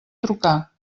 trucar